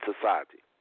society